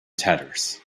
tatters